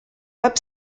web